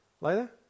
Later